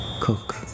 Cook